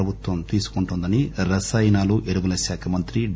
ప్రభుత్వం తీసుకుంటుందని రసాయనాలు ఎరువుల శాఖ మంత్రి డి